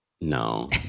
No